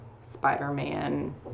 Spider-Man